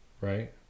Right